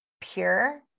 pure